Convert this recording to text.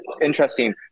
interesting